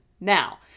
Now